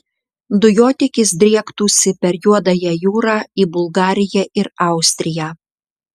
dujotiekis driektųsi per juodąją jūrą į bulgariją ir austriją